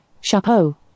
Chapeau